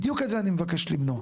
בדיוק את זה אני מבקש למנוע.